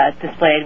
displayed